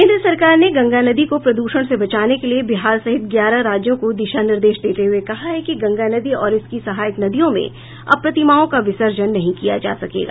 केन्द्र सरकार ने गंगा नदी को प्रदूषण से बचाने के लिए बिहार सहित ग्यारह राज्यों को दिशा निर्देश देते हुए कहा है कि गंगा नदी और इसकी सहायक नदियों में अब प्रतिमाओं का विसर्जन नहीं किया जा सकेगा